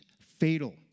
fatal